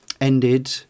ended